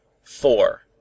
four